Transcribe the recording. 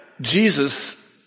Jesus